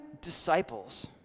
disciples